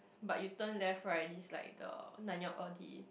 but you turn left right this like the Nanyang-Audi